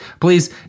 please